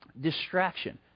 distraction